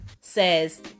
says